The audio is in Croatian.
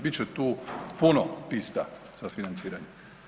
Bit će tu puno pista za financiranje.